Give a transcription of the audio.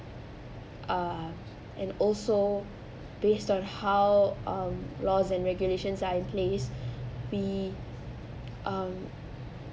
uh and also based on how um laws and regulations are in place we um